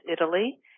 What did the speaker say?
Italy